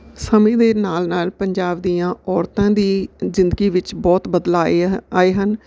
ਸਮੇਂ ਦੇ ਨਾਲ ਨਾਲ ਪੰਜਾਬ ਦੀਆਂ ਔਰਤਾਂ ਦੀ ਜ਼ਿੰਦਗੀ ਵਿੱਚ ਬਹੁਤ ਬਦਲਾਅ ਆਏ ਆਏ ਹਨ